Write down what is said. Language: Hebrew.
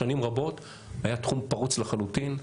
ששנים רבות היה תחום פרוץ לחלוטין,